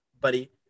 buddy